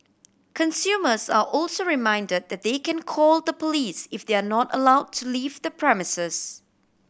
consumers are also reminded that they can call the police if they are not allow to leave the premises